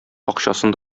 акчасын